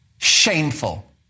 Shameful